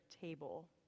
table